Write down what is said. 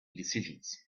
decisions